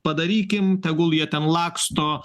padarykim tegul jie ten laksto